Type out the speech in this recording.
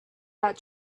out